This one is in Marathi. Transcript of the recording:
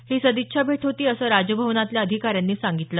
ही सदिच्छा भेट होती असं राजभवनातल्या अधिकाऱ्यांनी सांगितलं